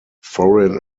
foreign